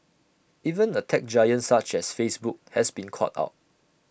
even A tech giant such as Facebook has been caught out